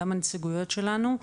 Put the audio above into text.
גם הנציגויות שלנו.